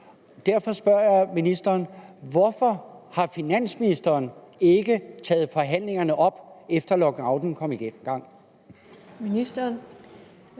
Derfor spørger jeg ministeren: Hvorfor har finansministeren ikke taget forhandlingerne op, efter lockouten kom i gang?